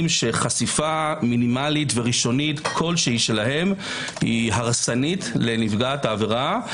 שחשיפה מינימלית וראשונית כלשהי שלהם היא הרסנית לנפגעת העבירה.